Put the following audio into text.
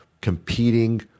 competing